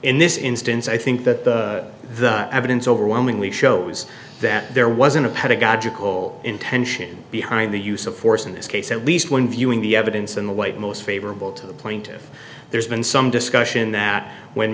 in this instance i think that the evidence overwhelmingly shows that there wasn't a pedagogical intention behind the use of force in this case at least one viewing the evidence in the white most favorable to the plaintiff there's been some discussion that when